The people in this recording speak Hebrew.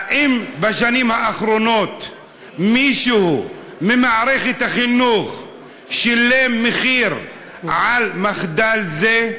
האם בשנים האחרונות מישהו ממערכת החינוך שילם מחיר על מחדל זה,